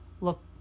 look